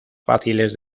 fáciles